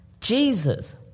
Jesus